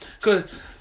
cause